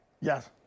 Yes